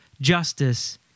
justice